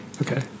Okay